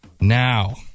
Now